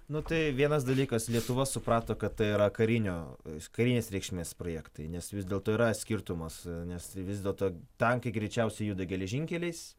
nu tai vienas dalykas lietuva suprato kad tai yra karinio karinės reikšmės projektai nes vis dėlto yra skirtumas nes vis dėlto tankai greičiausiai juda geležinkeliais